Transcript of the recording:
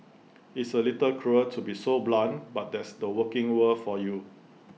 it's A little cruel to be so blunt but that's the working world for you